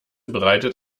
bereitet